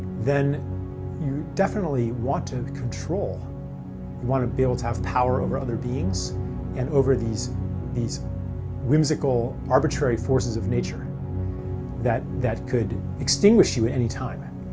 then you definitely want to control. you want to be able to have power over other beings and over these these whimsical, arbitrary forces of nature that that could extinguish you any time. and